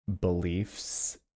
beliefs